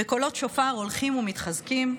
בקולות שופר הולכים ומתחזקים,